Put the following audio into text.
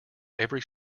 every